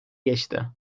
geçti